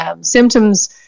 symptoms